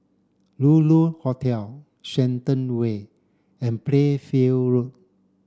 Lulu Hotel Shenton Way and Playfair Road